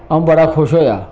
अ'ऊं बड़ा खुश होएआ